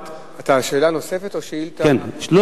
שאלה נוספת או השאילתא הבא?